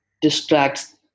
distracts